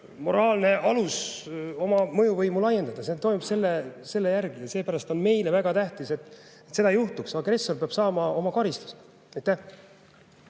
moraalne alus oma mõjuvõimu laiendada, see toimub selle järgi. Ja seepärast on meile väga tähtis, et seda ei juhtuks. Agressor peab saama oma karistuse.